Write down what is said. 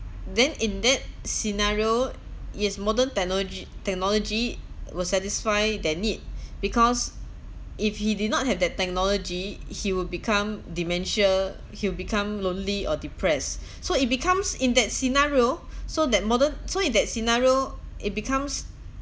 then in that scenario is modern technology technology will satisfy that need because if he did not have that technology he would become dementia he will become lonely or depressed so it becomes in that scenario so that modern so in that scenario it becomes